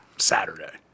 saturday